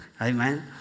Amen